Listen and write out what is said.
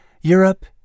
Europe